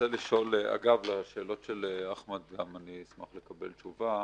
אגב, לשאלות של אחמד גם אני אשמח לקבל תשובה.